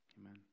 Amen